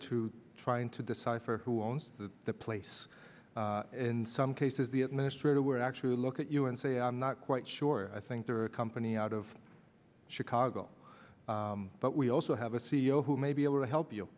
to trying to decipher who owns the place in some cases the administrator we're actually look at you and say i'm not quite sure i think there are a company out of chicago but we also have a c e o who may be able to help you